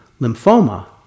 lymphoma